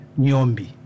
Nyombi